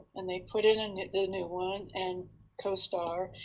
and they put in and the new one and costar.